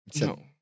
No